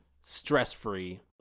stress-free